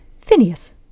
Phineas